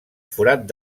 forat